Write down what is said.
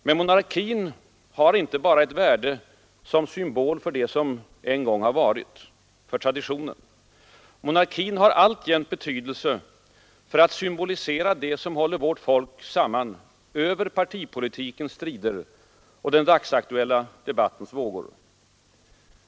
Men monarkin har inte bara ett värde som symbol för det som en gång varit — för traditionen. Monarkin har alltjämt betydelse för att symbolisera det som håller vårt folk samman över partipolitikens strider och den dagsaktuella debattens vågor.